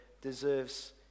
deserves